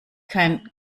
kein